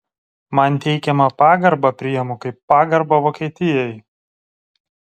man teikiamą pagarbą priimu kaip pagarbą vokietijai